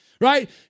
Right